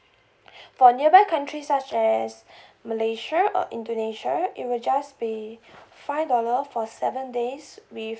for nearby countries such as malaysia or indonesia it will just be five dollar for seven days with